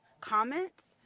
comments